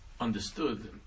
understood